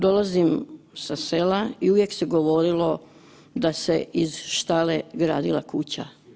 Dolazim sa sela, i uvijek se govorilo da se iz štale gradila kuća.